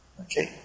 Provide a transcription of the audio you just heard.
Okay